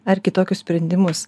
ar kitokius sprendimus